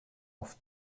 auf